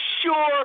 sure